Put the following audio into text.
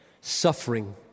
suffering